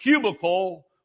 cubicle